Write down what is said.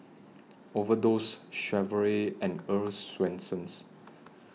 Overdose Chevrolet and Earl's Swensens